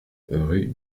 rue